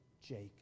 Jacob